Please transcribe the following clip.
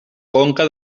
conca